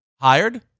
Hired